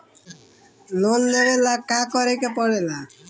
Loan लेबे ला का करे के पड़े ला?